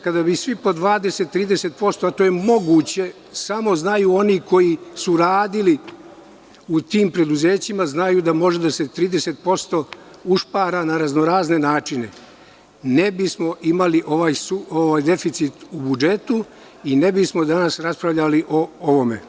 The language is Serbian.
Kada bi svi po 20-30%, a to je moguće, samo znaju oni koji su radili u tim preduzećima, znaju da može da se 30% ušpara na raznorazne načine, ne bismo imali ovaj deficit u budžetu i ne bismo danas raspravljali o ovome.